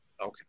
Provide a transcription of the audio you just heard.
okay